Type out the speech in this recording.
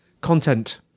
content